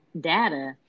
data